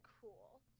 cool